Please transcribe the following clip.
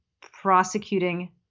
prosecuting